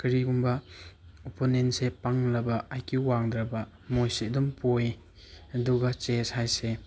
ꯀꯔꯤꯒꯨꯝꯕ ꯑꯣꯄꯣꯅꯦꯟꯁꯦ ꯄꯪꯂꯒ ꯑꯥꯏ ꯀ꯭ꯋꯨ ꯋꯥꯡꯗ꯭ꯔꯕ ꯃꯣꯏꯁꯦ ꯑꯗꯨꯝ ꯄꯣꯏ ꯑꯗꯨꯒ ꯆꯦꯁ ꯍꯥꯏꯁꯦ